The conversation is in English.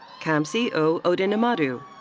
kamsi o. odinammadu.